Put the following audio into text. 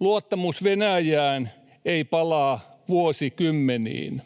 Luottamus Venäjään ei palaa vuosikymmeniin.